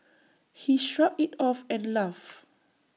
he shrugged IT off and laughed